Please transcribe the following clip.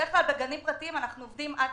בדרך כלל בגנים פרטיים אנחנו עובדים עד